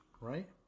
right